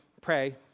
pray